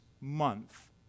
month